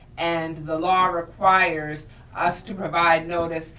and the law requires us to provide notice,